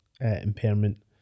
impairment